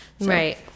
Right